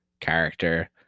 character